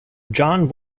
john